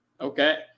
Okay